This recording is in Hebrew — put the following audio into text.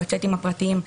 בצ'אטים הפרטיים.